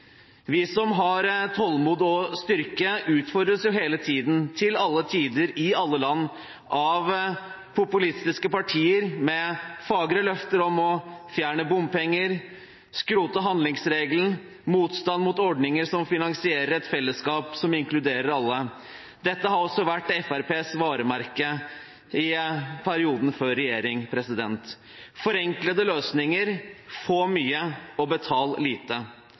Vi som har tålmod og styrke, utfordres hele tiden til alle tider i alle land av populistiske partier med fagre løfter om å fjerne bompenger, skrote handlingsregelen, motstand mot ordninger som finansierer et fellesskap som inkluderer alle. Dette har også vært Fremskrittspartiets varemerke i perioden før de kom i regjering – forenklede løsninger, få mye og betal lite.